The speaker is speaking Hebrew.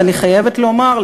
אני חייבת לומר,